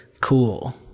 cool